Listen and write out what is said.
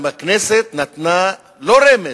הכנסת נתנה לא רמז,